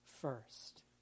first